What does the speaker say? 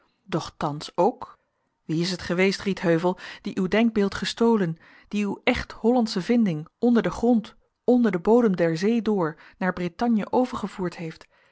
thans ook wie is het geweest rietheuvel die uw denkbeeld gestolen die uw echt hollandsche vinding onder den grond onder den bodem der zee door naar brittanje overgevoerd heeft